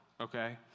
okay